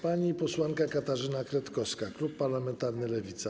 Pani posłanka Katarzyna Kretkowska, klub parlamentarny Lewica.